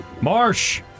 Marsh